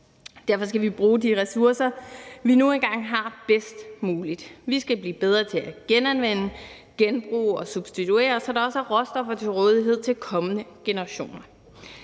Derfor skal vi bruge de ressourcer, vi nu engang har, bedst muligt. Vi skal blive bedre til at genanvende, genbruge og substituere, så der også er råstoffer til rådighed til kommende generationer.